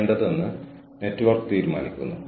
വ്യാപനം വളരെ വലുതാണ്